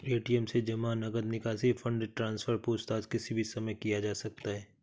ATM से जमा, नकद निकासी, फण्ड ट्रान्सफर, पूछताछ किसी भी समय किया जा सकता है